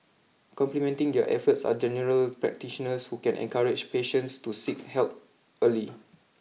complementing their efforts are general practitioners who can encourage patients to seek help early